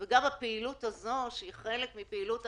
וגם הפעילות הזאת פסקה.